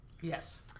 Yes